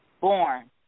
Born